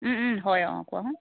হয় অঁ কোৱাচোন